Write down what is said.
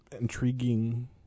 intriguing